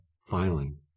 filing